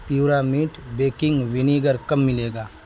پیورامیٹ baking vinegar کب ملے گا